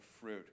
fruit